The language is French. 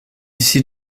ici